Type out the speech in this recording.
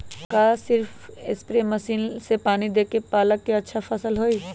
का सिर्फ spray machine से पानी देके पालक के अच्छा फसल होई?